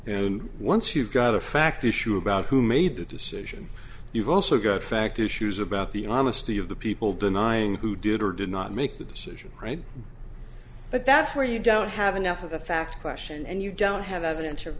and once you've got a fact issue about who made the decision you've also got fact issues about the honesty of the people denying who did or did not make the decision right but that's where you don't have enough of a fact question and you don't have